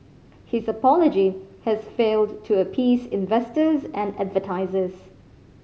his apology has failed to appease investors and advertisers